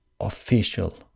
official